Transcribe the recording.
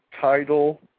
Title